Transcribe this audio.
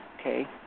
Okay